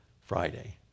Friday